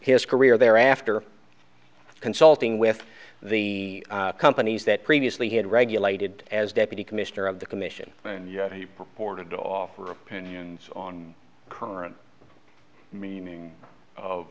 his career there after consulting with the companies that previously he had regulated as deputy commissioner of the commission and yet he poured in to offer opinions on current meaning of